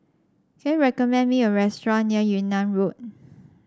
can you recommend me a restaurant near Yunnan Road